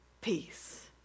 Peace